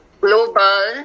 Global